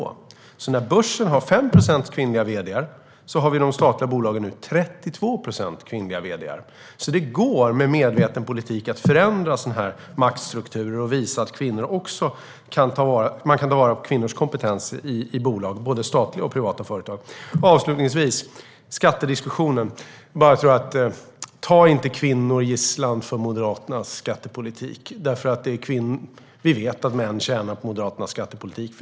När företagen på börsen har 5 procent kvinnliga vd:ar har vi i de statliga bolagen nu 32 procent kvinnliga vd:ar. Det går med medveten politik att förändra sådana maktstrukturer och visa att man kan ta vara på kvinnors kompetens i bolag och i både statliga och privata företag. Avslutningsvis kommer jag till skattediskussionen. Ta inte kvinnor gisslan för Moderaternas skattepolitik. Vi vet att män tjänar på Moderaternas skattepolitik.